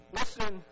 listen